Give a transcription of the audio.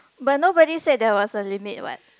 but nobody said that was a limit what